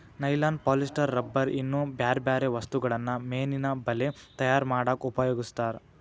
nylon polyester rubber ಇನ್ನೂ ಬ್ಯಾರ್ಬ್ಯಾರೇ ವಸ್ತುಗಳನ್ನ ಮೇನಿನ ಬಲೇ ತಯಾರ್ ಮಾಡಕ್ ಉಪಯೋಗಸ್ತಾರ